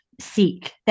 seek